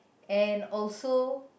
and also